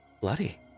Bloody